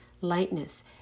lightness